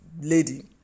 lady